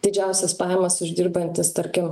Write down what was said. didžiausias pajamas uždirbantys tarkim